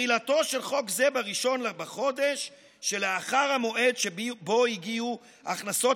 "תחילתו של חוק זה ב-1 בחודש שלאחר המועד שבו הגיעו הכנסות